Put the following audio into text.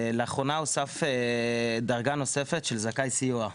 לאחרונה הוספה דרגה נוספת של זכאי סיוע.